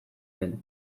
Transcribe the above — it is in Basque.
den